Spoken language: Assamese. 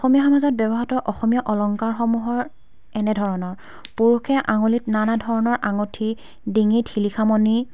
অসমীয়া সমাজত ব্যৱহৃত অসমীয়া অলংকাৰসমূহৰ এনেধৰণৰ পুৰুষে আঙুলিত নানা ধৰণৰ আঙুঠি ডিঙিত শিলিখামণি